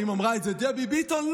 האם אמרה את זה דבי ביטון?